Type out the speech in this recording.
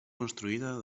construïda